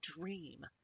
dream